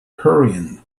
hurrying